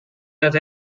that